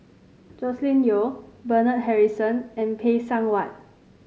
Joscelin Yeo Bernard Harrison and Phay Seng Whatt